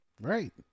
Right